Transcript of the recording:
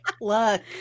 look